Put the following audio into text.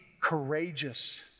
courageous